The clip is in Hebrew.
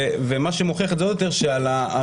ומה שמוכיח את זה יותר זה שכמעט על כל